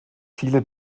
viele